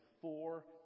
four